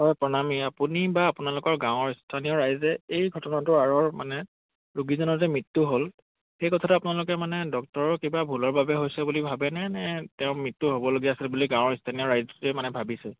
হয় প্ৰণামী আপুনি বা আপোনালোকৰ গাঁৱৰ স্থানীয় ৰাইজে এই ঘটনাটোৰ আঁৰৰ মানে ৰোগীজনৰ যে মৃত্যু হ'ল সেই কথাটো আপোনালোকে মানে ডক্টৰৰ কিবা ভুলৰ বাবে হৈছে বুলি ভাবেনে নে তেওঁ মৃত্যু হ'বলগীয়া আছিল বুলি গাঁৱৰ স্থানীয় ৰাইজে মানে ভাবিছে